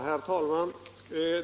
Herr talman!